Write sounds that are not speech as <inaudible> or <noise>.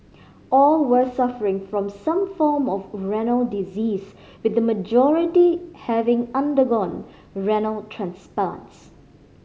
all were suffering from some form of renal disease with the majority having undergone renal <unintelligible>